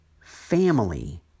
family